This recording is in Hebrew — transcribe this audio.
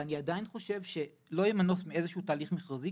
אני עדיין חושב שלא יהיה מנוס מאיזשהו תהליך מכרזי,